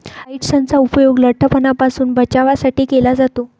काइट्सनचा उपयोग लठ्ठपणापासून बचावासाठी केला जातो